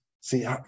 See